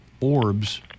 orbs